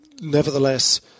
nevertheless